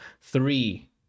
Three